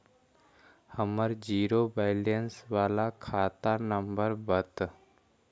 हमर zero balance बाला खाता नम्बर बत?